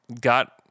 Got